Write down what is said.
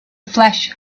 flash